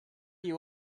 you